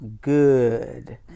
good